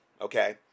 okay